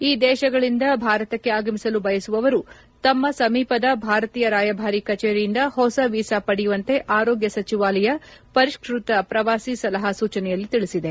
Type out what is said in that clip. ಈ ದೇಶಗಳಿಂದ ಭಾರತಕ್ಕೆ ಆಗಮಿಸಲು ಬಯಸುವವರು ತಮ್ಮ ಸಮೀಪದ ಭಾರತೀಯ ರಾಯಭಾರಿ ಕಚೇರಿಯಿಂದ ಹೊಸ ವೀಸಾ ಪಡೆಯುವಂತೆ ಆರೋಗ್ಯ ಸಚಿವಾಲಯ ಪರಿಷ್ಟತ ಪ್ರವಾಸಿ ಸಲಹಾ ಸೂಚನೆಯಲ್ಲಿ ತಿಳಿಸಿದೆ